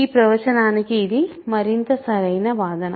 ఈ ప్రవచనానికి ఇది మరింత సరైన వాదన